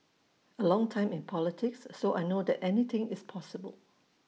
A long time in politics so I know that anything is possible